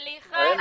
סליחה,